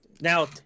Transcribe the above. Now